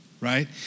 right